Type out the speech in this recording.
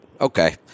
Okay